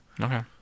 okay